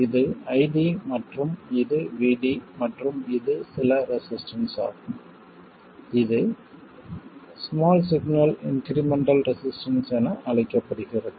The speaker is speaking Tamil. இது ID மற்றும் இது VD மற்றும் இது சில ரெசிஸ்டன்ஸ் ஆகும் இது ஸ்மால் சிக்னல் இன்க்ரிமெண்டல் ரெசிஸ்டன்ஸ் என அழைக்கப்படுகிறது